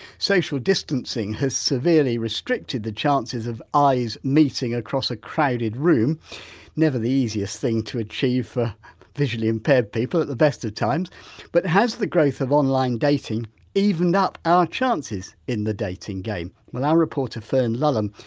social distancing has severely restricted the chances of eyes meeting across a crowded room never the easiest thing to achieve for visually impaired people at the best of times but has the growth of online dating evened up our chances in the dating game? well our reporter, fern lulham,